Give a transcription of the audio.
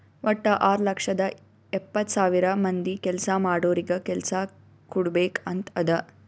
ವಟ್ಟ ಆರ್ ಲಕ್ಷದ ಎಪ್ಪತ್ತ್ ಸಾವಿರ ಮಂದಿ ಕೆಲ್ಸಾ ಮಾಡೋರಿಗ ಕೆಲ್ಸಾ ಕುಡ್ಬೇಕ್ ಅಂತ್ ಅದಾ